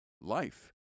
life